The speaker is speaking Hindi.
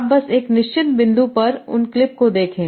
आप बस एक निश्चित बिंदु पर उन क्लिप को देखें